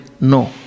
no